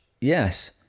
Yes